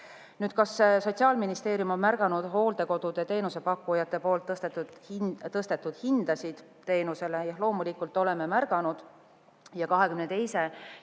"Kas Sotsiaalministeerium on märganud hooldekodude teenusepakkujate poolt tõstetud hindasid hooldusteenusele?" Jah, loomulikult oleme märganud. 2022. ja